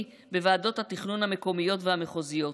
בוועדות התכנון המקומיות והמחוזיות,